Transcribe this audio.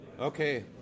Okay